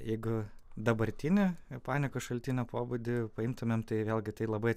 jeigu dabartinė panikos šaltinio pobūdį paimtumėm tai vėlgi tai labai